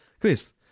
Chris